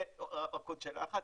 ועוד שאלה אחת,